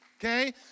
okay